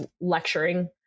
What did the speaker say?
lecturing